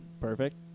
Perfect